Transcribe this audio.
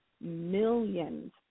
millions